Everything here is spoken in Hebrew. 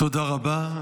תודה רבה.